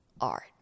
art